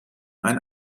ein